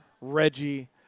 Reggie